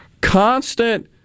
constant